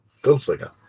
Gunslinger